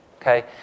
Okay